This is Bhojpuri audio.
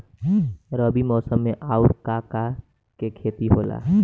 रबी मौसम में आऊर का का के खेती होला?